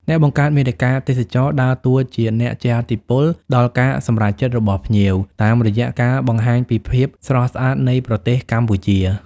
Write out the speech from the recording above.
អ្នកបង្កើតមាតិកាទេសចរណ៍ ដើរតួជាអ្នកជះឥទ្ធិពលដល់ការសម្រេចចិត្តរបស់ភ្ញៀវ តាមរយៈការបង្ហាញពីភាពស្រស់ស្អាតនៃប្រទេសកម្ពុជា។